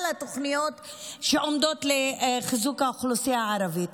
התוכניות שעומדות לחיזוק האוכלוסייה הערבית.